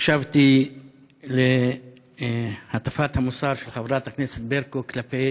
הקשבתי להטפת המוסר של חברת הכנסת ברקו כלפי